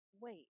wait